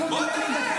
בוא תראה.